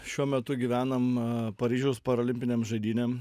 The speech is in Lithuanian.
šiuo metu gyvenam paryžiaus parolimpinėm žaidynėm